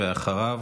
ואחריו,